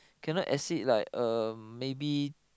cannot exceed like um maybe